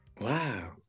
Wow